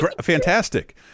fantastic